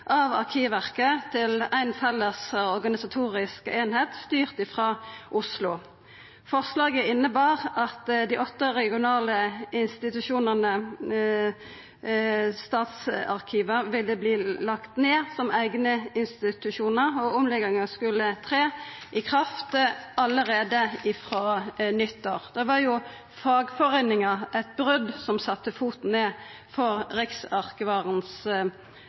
av Arkivverket til ei felles organisatorisk eining, styrt frå Oslo. Forslaget innebar at dei åtte regionale institusjonane, statsarkiva, ville verta lagde ned som eigne institusjonar, og omlegginga skulle tre i kraft allereie frå nyttår. Det førte til eit brot med fagforeiningane, som sette foten ned for